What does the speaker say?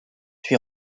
huit